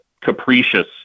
capricious